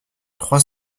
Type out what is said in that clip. trois